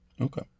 Okay